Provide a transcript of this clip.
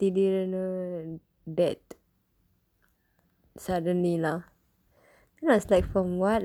the திடீரென்று:thidiirenru death suddenly lah then I was like from what